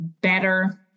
better